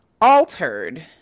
altered